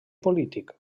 polític